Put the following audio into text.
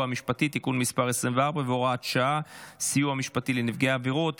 המשפטי (תיקון מס' 24 והוראת שעה) (סיוע משפטי לנפגעי עבירות),